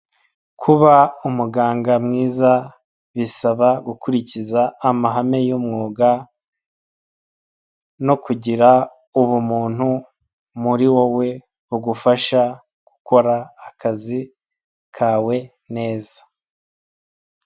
Kuba umuganga mwiza bisaba gukurikiza amahame y'umwuga no kugira ubumuntu muri wowe bugufasha gukora akazi kawe neza.